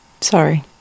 Sorry